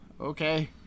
okay